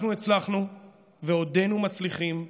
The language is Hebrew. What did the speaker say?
אנחנו הצלחנו ועודנו מצליחים,